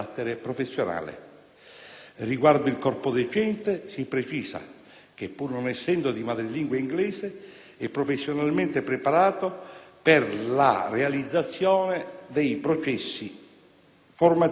Riguardo il corpo docente si precisa che, pur non essendo di madrelingua inglese, è professionalmente preparato per la realizzazione dei percorsi formativi in parola.